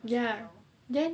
ya then